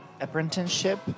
apprenticeship